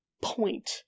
point